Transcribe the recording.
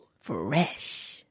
Fresh